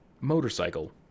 motorcycle